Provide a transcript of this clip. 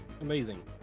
amazing